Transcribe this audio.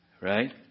Right